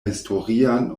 historian